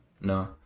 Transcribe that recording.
No